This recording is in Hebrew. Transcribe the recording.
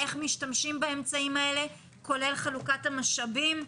איך משתמשים באמצעים האלה, כולל חלוקת המשאבים,